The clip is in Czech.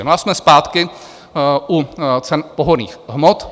A jsme zpátky u cen pohonných hmot.